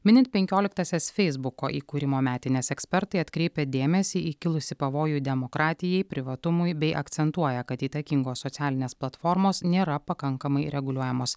minint penkioliktąsias feisbuko įkūrimo metines ekspertai atkreipia dėmesį į kilusį pavojų demokratijai privatumui bei akcentuoja kad įtakingos socialinės platformos nėra pakankamai reguliuojamos